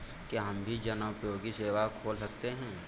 क्या हम भी जनोपयोगी सेवा खोल सकते हैं?